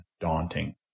daunting